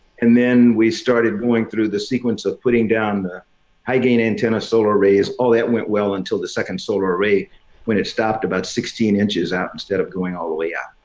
and then we started going through the sequence of putting down the high gain antenna, solar arrays, all that went well until the second solar array when it stopped about sixteen inches out instead of going all the way up.